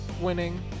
winning